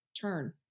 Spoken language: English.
turn